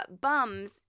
bums